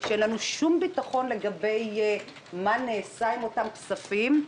שאין לנו שום ביטחון לגבי מה נעשה עם אותם כספים.